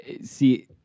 See